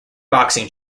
boxing